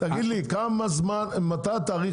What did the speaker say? מה התאריך